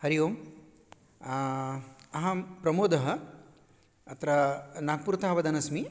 हरिः ओम् अहं प्रमोदः अत्र नाग्पुर्तः वदन् अस्मि